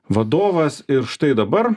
vadovas ir štai dabar